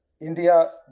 India